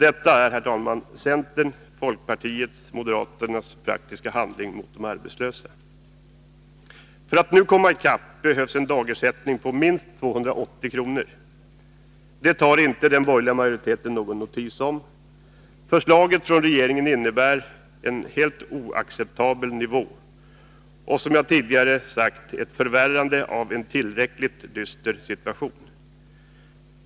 Detta är, herr talman, centerns, folkpartiets och moderaternas taktiska handlande mot de arbetslösa. För att nu komma i kapp behövs en dagersättning på minst 280 kr. Det tar inte den borgerliga majoriteten någon notis om. Förslaget från regeringen innebär en helt oacceptabel nivå och, som jag tidigare sagt, ett förvärrande av en tillräckligt dyster situation.